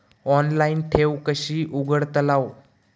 Online ठेव कशी उघडतलाव?